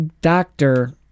doctor